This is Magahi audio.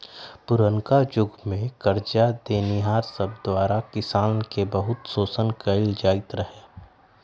पुरनका जुग में करजा देनिहार सब द्वारा किसान के बहुते शोषण कएल जाइत रहै